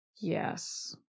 Yes